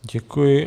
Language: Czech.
Děkuji.